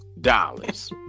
dollars